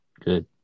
good